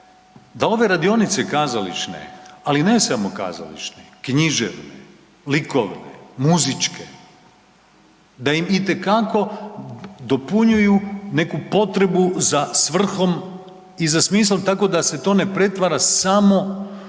da ove radionice kazališne, ali ne samo kazališne, književne, likovne, muzičke, da im itekako dopunjuju neku potrebu za svrhom i za smislom tako da se to ne pretvara samo u